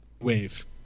wave